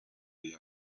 the